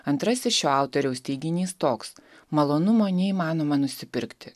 antrasis šio autoriaus teiginys toks malonumo neįmanoma nusipirkti